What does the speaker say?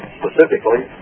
specifically